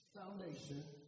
foundation